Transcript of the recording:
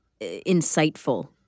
insightful